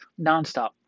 nonstop